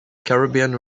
caribbean